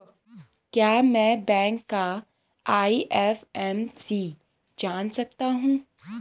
क्या मैं बैंक का आई.एफ.एम.सी जान सकता हूँ?